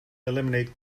eliminate